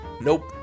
Nope